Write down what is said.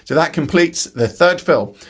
that completes the third fill.